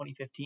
2015